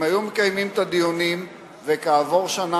אם היו מקיימים את הדיונים וכעבור שנה